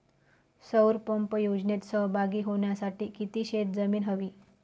सौर पंप योजनेत सहभागी होण्यासाठी किती शेत जमीन हवी?